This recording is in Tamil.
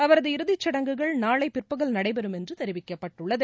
அவரது இறுதிச்சடங்குகள் நாளை பிற்பகல் நடைபெறும் என்று தெரிவிக்கப்பட்டுள்ளது